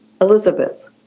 Elizabeth